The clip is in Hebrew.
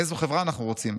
איזו חברה אנחנו רוצים?